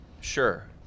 Sure